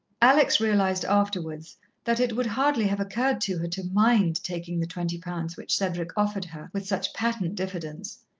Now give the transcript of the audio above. alex realized afterwards that it would hardly have occurred to her to mind taking the twenty pounds which cedric offered her with such patent diffidence.